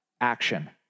action